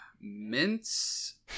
mince